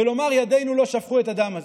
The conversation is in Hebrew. ולומר "ידינו לא שפכו את הדם הזה"?